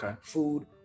food